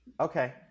okay